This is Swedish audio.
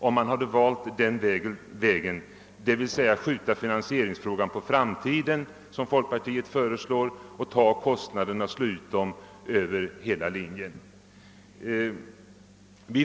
Om man valde den vägen, d.v.s. att skjuta finansieringsfrågan på framtiden och slå ut kostnaderna över hela linjen, såsom folkpartiet föreslår, skulle detta utan tvivel innebära att färgtelevisionen bleve en mycket impopulär sak.